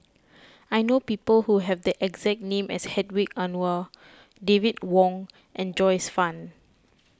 I know people who have the exact name as Hedwig Anuar David Wong and Joyce Fan